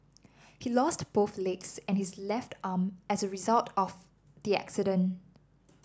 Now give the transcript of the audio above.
he lost both legs and his left arm as a result of the accident